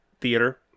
theater